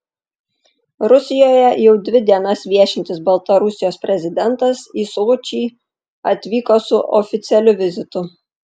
rusijoje jau dvi dienas viešintis baltarusijos prezidentas į sočį atvyko su oficialiu vizitu